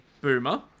boomer